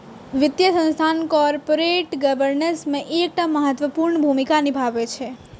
वित्तीय संस्थान corporate governance मे एकटा महत्वपूर्ण भूमिका निभाबै छै